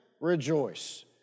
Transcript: rejoice